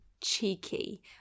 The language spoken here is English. cheeky